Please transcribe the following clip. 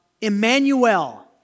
Emmanuel